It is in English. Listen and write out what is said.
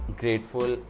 grateful